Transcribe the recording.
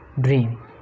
dream